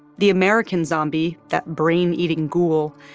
the american zombie, that brain-eating ghoul,